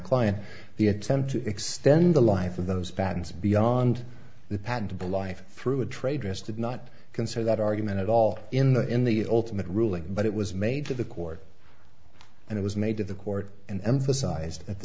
client the attempt to extend the life of those patents beyond the patentable life through a trade rested not consider that argument at all in the in the ultimate ruling but it was made to the court and it was made to the court and emphasized at the